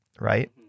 right